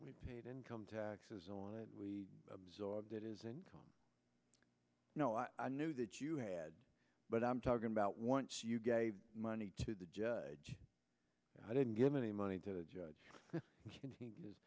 we paid income taxes on it we absorbed it isn't you know i knew that you had but i'm talking about once you gave money to the judge i didn't give any money to the judge